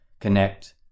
connect